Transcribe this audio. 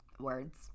Words